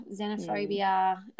xenophobia